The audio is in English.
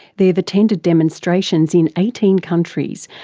they've attended demonstrations in eighteen countries,